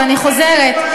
ואני חוזרת,